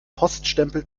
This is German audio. poststempel